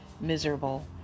miserable